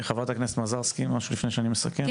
חברת הכנסת מזרסקי עוד משהו לפני שאני מסכם?